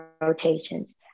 rotations